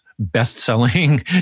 best-selling